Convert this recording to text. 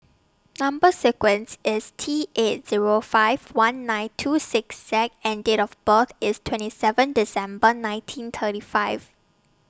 Number sequence IS T eight Zero five one nine two six Z and Date of birth IS twenty seven December nineteen thirty five